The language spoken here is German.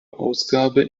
ausgabe